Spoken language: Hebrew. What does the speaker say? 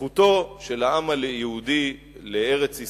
שזכותו של העם היהודי לארץ-ישראל,